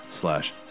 slash